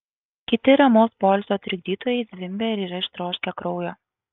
kiti ramaus poilsio trikdytojai zvimbia ir yra ištroškę kraujo